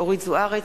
אורית זוארץ,